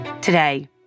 Today